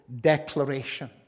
declaration